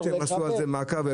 -- הם עשו על זה מעקב.